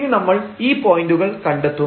ഇനി നമ്മൾ ഈ പോയന്റുകൾ കണ്ടെത്തും